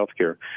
Healthcare